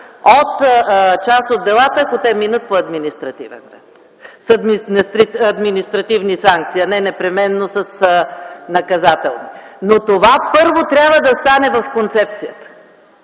от част от делата, ако те минат по административен път, с административни санкции, а не непременно наказателни. Но това първо трябва да стане в концепцията.